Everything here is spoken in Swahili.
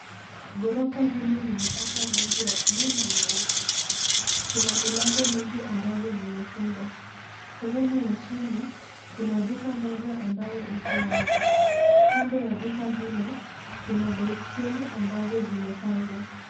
Gorofa hili imepakwa rangi ya bluu na nyeupe, kuna mlango mingi ambazo zimefungwa. Sehemu ya jini kuna duka moja ambachoiko wazi. Kandoya duka hilo kuna biskeli amabazo zimepangwa